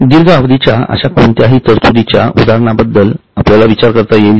दीर्घावधीच्या अशा कोणत्याही तरतुदी च्या उदाहरणाबद्दल आपल्याला विचार करता येईल का